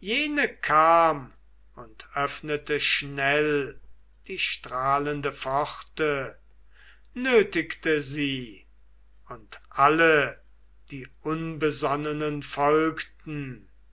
jene kam und öffnete schnell die strahlende pforte nötigte sie und alle die unbesonnenen folgten